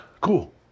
cool